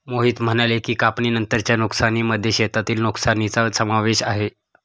मोहित म्हणाले की, कापणीनंतरच्या नुकसानीमध्ये शेतातील नुकसानीचा समावेश आहे